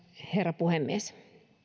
herra puhemies